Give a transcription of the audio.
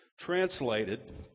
translated